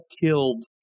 killed